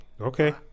Okay